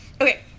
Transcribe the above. Okay